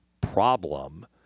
problem